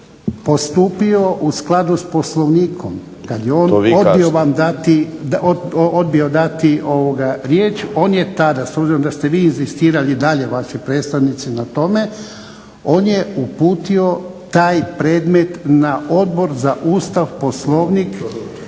postupio u skladu sa Poslovnikom kada je odbio dati riječ, on je tada s obzirom da ste vi inzistirali i dalje vaši predstavnici na tome on je uputio taj predmet na Odbor za Ustav, Poslovnik